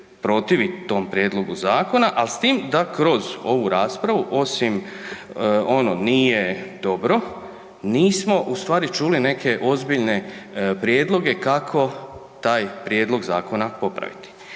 protivi tom prijedlogu zakona ali s tim da kroz ovu raspravu osim onog „nije dobro“, nismo ustvari čuli neke ozbiljne prijedloge kako taj prijedlog zakona popraviti.